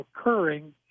occurring